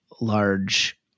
large